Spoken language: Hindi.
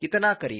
कितना करीब